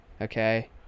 Okay